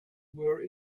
were